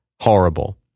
horrible